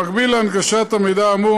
במקביל להנגשת המידע האמור,